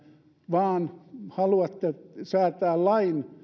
vaan haluatte säätää lain